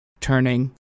turning